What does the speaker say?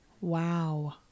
Wow